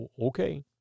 Okay